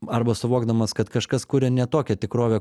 arba suvokdamas kad kažkas kuria ne tokią tikrovę